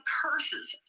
curses